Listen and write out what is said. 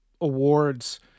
awards